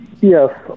Yes